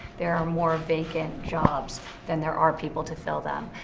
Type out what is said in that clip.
there are more vacant jobs than there are people to fill them.